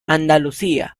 andalucía